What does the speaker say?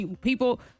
people